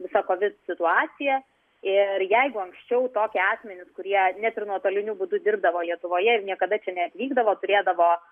visa kovid situaciją ir jeigu anksčiau tokie asmenys kurie net ir nuotoliniu būdu dirbdavo lietuvoje ir niekada neatvykdavo turėdavo